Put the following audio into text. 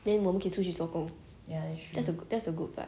then 我们可以出去做工 that's that's the good part